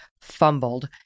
fumbled